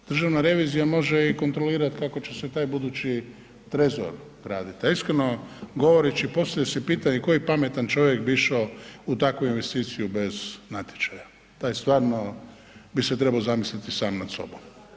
Državna revizija može i kontrolirat kako će se taj budući trezor graditi a iskreno, govoreći poslije se pitam i koji pametan čovjek bi išao u takvu investiciju bez natječaja, taj stvarno bi se trebao zamisliti sam nas sobom.